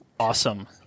Awesome